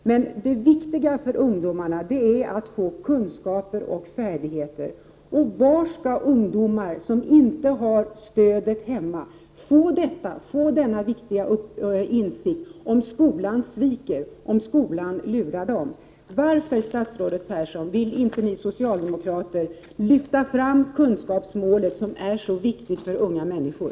Men det viktiga för ungdomarna är att få kunskaper och färdigheter. Var skall ungdomar som inte har stödet hemma kunna få denna viktiga insikt, om skolan sviker, om skolan lurar dem? Varför, statsrådet Persson, vill inte ni socialdemokrater lyfta fram kunskapsmålet, som är så viktigt för unga människor?